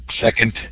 second